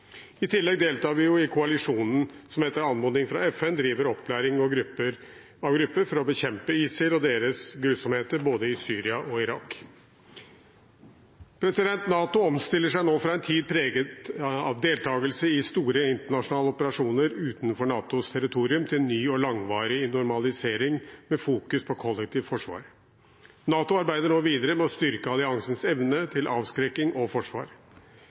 I tillegg deltar vi i koalisjonen som etter anmodning fra FN driver opplæring av grupper for å bekjempe ISIL og deres grusomheter både i Syria og i Irak. NATO omstiller seg nå fra en tid preget av deltakelse i store internasjonale operasjoner utenfor NATOs territorium til en ny og langvarig normalisering, med fokus på kollektivt forsvar. NATO arbeider nå videre med å styrke alliansens evne til avskrekking og forsvar.